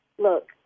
Look